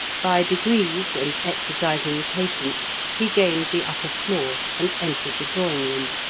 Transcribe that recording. by degrees, and exercising patience, he gained the upper floor and entered the drawing-room.